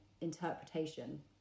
interpretation